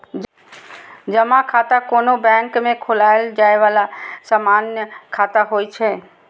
जमा खाता कोनो बैंक मे खोलाएल जाए बला सामान्य खाता होइ छै